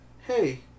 hey